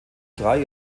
drei